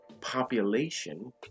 population